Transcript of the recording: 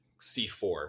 C4